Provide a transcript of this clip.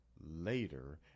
later